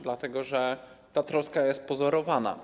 Dlatego że ta troska jest pozorowana.